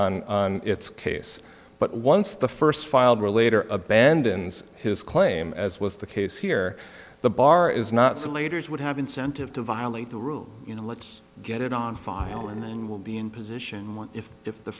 in on its case but once the first filed or later abandons his claim as was the case here the bar is not some leaders would have incentive to violate the rule you know let's get it on file and we'll be in position if if the